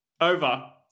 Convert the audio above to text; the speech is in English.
Over